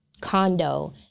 condo